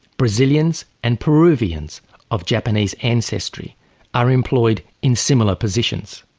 brazilians and peruvians of japanese ancestry are employed in similar positions.